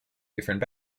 different